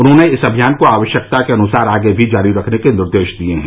उन्होंने इस अभियान को आवश्यकता के अनुसार आगे भी जारी रखने के निर्देश दिए हैं